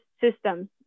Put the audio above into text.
systems